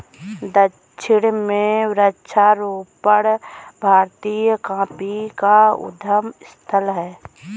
दक्षिण में वृक्षारोपण भारतीय कॉफी का उद्गम स्थल है